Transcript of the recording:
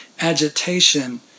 agitation